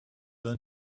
learn